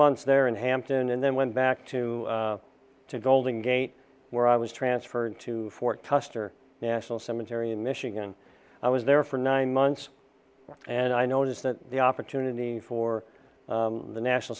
months there in hampton and then went back to to golden gate where i was transferred to fort custer national cemetery in michigan i was there for nine months and i noticed that the opportunity for the national